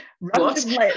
Randomly